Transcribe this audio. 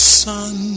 sun